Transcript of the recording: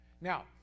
Now